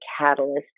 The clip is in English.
catalyst